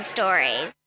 Stories